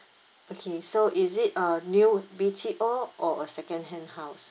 okay so is it a new would B_T_O or a second hand house